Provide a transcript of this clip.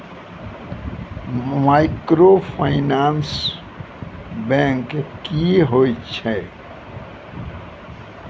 Microfinance bank की होय छै?